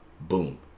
Boom